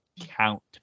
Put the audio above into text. count